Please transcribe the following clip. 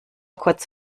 kurz